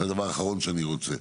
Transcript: זה הדבר האחרון שאני רוצה.